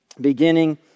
Beginning